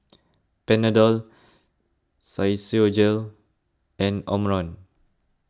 Panadol Physiogel and Omron